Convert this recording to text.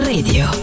Radio